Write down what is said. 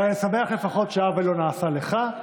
אבל אני שמח לפחות שהעוול לא נעשה לך.